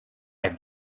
have